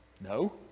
No